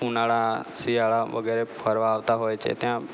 ઉનાળા શિયાળા વગેરે ફરવા આવતા હોય છે ત્યાં